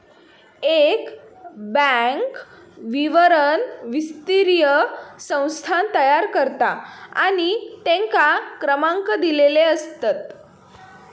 एक बॅन्क विवरण वित्तीय संस्थान तयार करता आणि तेंका क्रमांक दिलेले असतत